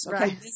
okay